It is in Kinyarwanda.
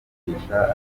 kwigisha